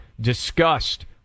discussed